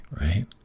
right